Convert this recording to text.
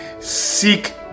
Seek